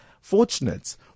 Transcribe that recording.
Fortunate